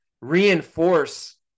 reinforce